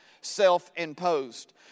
self-imposed